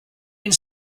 been